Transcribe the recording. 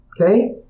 Okay